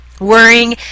worrying